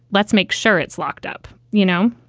let's make sure it's locked up. you know,